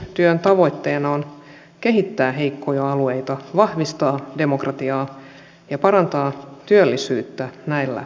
kehitystyön tavoitteena on kehittää heikkoja alueita vahvistaa demokratiaa ja parantaa työllisyyttä näillä alueilla